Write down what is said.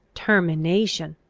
termination!